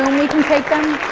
we can take them?